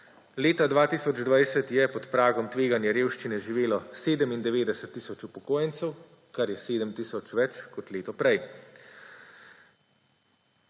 Leta 2020 je pod pragom tveganja revščine živelo 97 tisoč upokojencev, kar je 7 tisoč več kot leto prej,